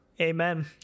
amen